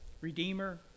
redeemer